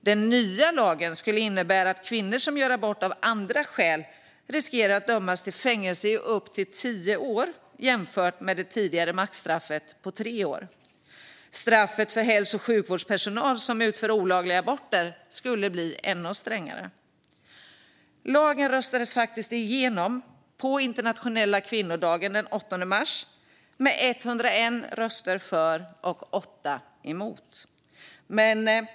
Den nya lagen skulle innebära att kvinnor som gör abort av andra skäl riskerar att dömas till fängelse i upp till tio år. Det tidigare maxstraffet var tre år. Straffet för hälso och sjukvårdspersonal som utför olagliga aborter skulle bli ännu strängare. Lagen röstades faktiskt igenom på internationella kvinnodagen den 8 mars med 101 röster för och 8 emot.